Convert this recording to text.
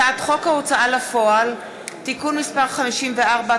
הצעת חוק ההוצאה לפועל (תיקון מס׳ 54),